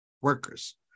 workers